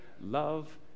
Love